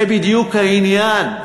זה בדיוק העניין.